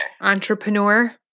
entrepreneur